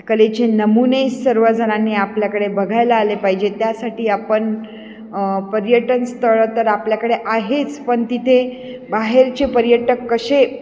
कलेचे नमुने सर्वजणांनी आपल्याकडे बघायला आले पाहिजे त्यासाठी आपण पर्यटनस्थळं तर आपल्याकडे आहेच पण तिथे बाहेरचे पर्यटक कसे